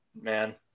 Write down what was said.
man